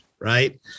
right